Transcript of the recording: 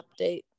update